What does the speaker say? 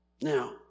Now